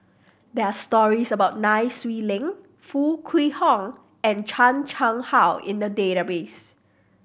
there are stories about Nai Swee Leng Foo Kwee Horng and Chan Chang How in the database